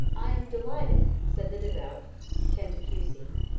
i am delighted, said the devout cantacuzene,